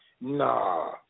Nah